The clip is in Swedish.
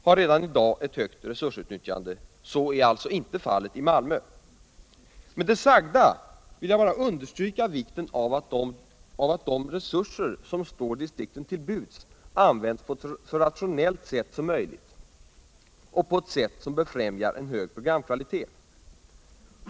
har redan i dag ett högt resursutnyttjande. Så är alltså inte fallet i Malmö. Med det sagda vill jag understryka vikten av att de resurser som står distrikten till buds används på ett så rationellt sätt som möjligt och på et sätt som befrämjar en hög programkvalitet.